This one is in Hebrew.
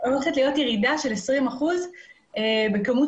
הולכת להיות ירידה של 20 אחוזים בכמות